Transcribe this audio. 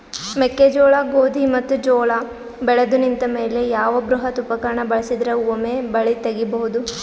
ಮೆಕ್ಕೆಜೋಳ, ಗೋಧಿ ಮತ್ತು ಜೋಳ ಬೆಳೆದು ನಿಂತ ಮೇಲೆ ಯಾವ ಬೃಹತ್ ಉಪಕರಣ ಬಳಸಿದರ ವೊಮೆ ಬೆಳಿ ತಗಿಬಹುದು?